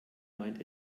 meint